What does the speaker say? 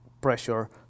pressure